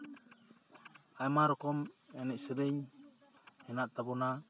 ᱟᱭᱢᱟ ᱨᱚᱠᱚᱢ ᱮᱱᱮᱡ ᱥᱮᱨᱮᱧ ᱦᱮᱱᱟᱜ ᱛᱟᱵᱚᱱᱟ